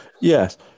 yes